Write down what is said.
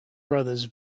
brothers